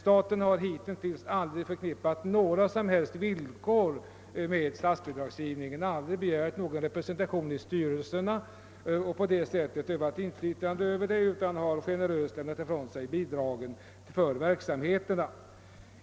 Staten har hitintills aldrig förknippat några som helst villkor med sin bidragsgivning och aldrig begärt representation i styrelserna för att på det sättet utöva inflytande utan generöst lämnat ifrån sig bidragen till verksamheten.